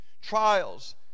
trials